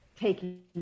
Taking